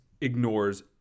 ignores